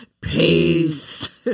Peace